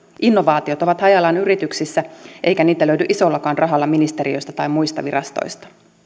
innovaatiot ovat hajallaan yrityksissä eikä niitä löydy isollakaan rahalla ministeriöistä tai muista virastoista